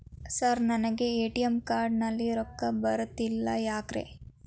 Sir ನನಗೆ ATM card ನಲ್ಲಿ ರೊಕ್ಕ ಬರತಿಲ್ಲ ಯಾಕ್ರೇ?